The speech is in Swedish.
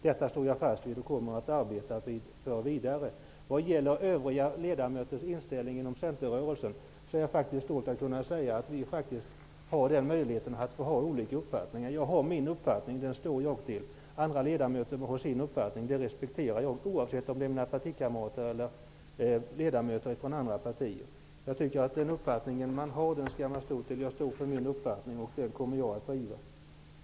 Detta står jag fast vid, och jag kommer att arbeta vidare för det. Vad gäller övriga ledamöters inställning inom centerrörelsen, är jag stolt över att kunna säga att vi har möjligheten att ha olika uppfattningar. Jag har min uppfattning, och den står jag för. Andra ledamöter må ha sin uppfattning, och det respekterar jag -- oavsett om det är mina partikamrater eller ledamöter i andra partier. Den uppfattning man har skall man stå för. Jag står för min uppfattning och kommer att driva den.